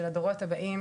של הדורות הבאים,